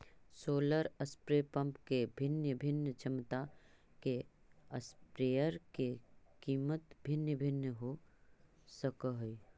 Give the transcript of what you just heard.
solar spray pump के भिन्न भिन्न क्षमता के स्प्रेयर के कीमत भिन्न भिन्न हो सकऽ हइ